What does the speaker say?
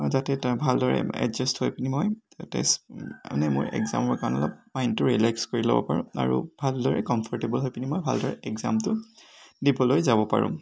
আৰু তাতে তাৰ ভালদৰে এডজাষ্ট হৈ পিনি মই টেষ্ট তাৰমানে মই একজামৰ কাৰণে মই মাইণ্ডটো ৰিলেক্স হৈ ল'ব পাৰো আৰু ভালদৰে কমফৰটেবল হৈ পিনি মই ভালদৰে একজামটো দিবলৈ যাব পাৰোঁ